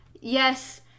yes